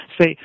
say